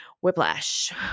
whiplash